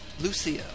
Lucia